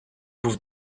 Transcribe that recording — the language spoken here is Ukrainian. був